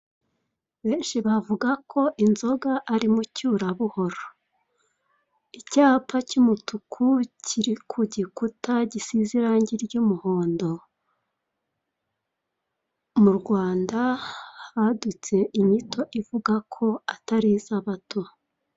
Benshi bavugako inzoga ari mucyurabuhoro. icyapa cy'umutuku kiri ku gikuta gisize irangi ry'umuhondo. Mu Rwanda hadutse inyito ivuga ko atari iz'abato.